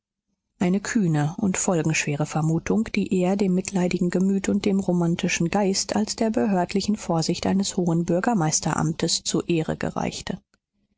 eine kühne und folgenschwere vermutung die eher dem mitleidigen gemüt und dem romantischen geist als der behördlichen vorsicht eines hohen bürgermeisteramtes zur ehre gereichte